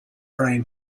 brain